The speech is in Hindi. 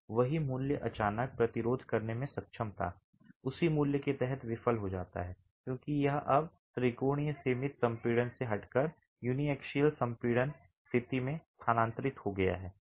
वही मूल्य जो अचानक प्रतिरोध करने में सक्षम था उसी मूल्य के तहत विफल हो जाता है क्योंकि यह अब त्रिकोणीय सीमित संपीड़न से हटकर यूनिसेक्सियल संपीड़न स्थिति में स्थानांतरित हो गया है